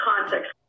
context